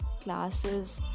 classes